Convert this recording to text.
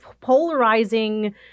polarizing